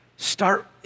Start